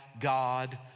God